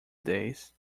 days